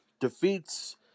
defeats